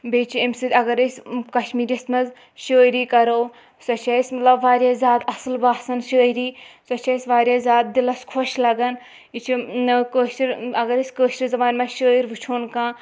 بیٚیہِ چھِ اَمہِ سۭتۍ اَگر أسۍ کشمیٖرِیَس منٛز شٲعری کَرو سۄ چھِ اَسہِ مطلب واریاہ زیادٕ اَصٕل باسان شٲعری سۄ چھِ اَسہِ واریاہ زیادٕ دِلس خۄش لَگان یہِ چھِ کٲشِر اَگر أسۍ کٲشرِ زبانہِ منٛز شٲعر وٕچھون کانٛہہ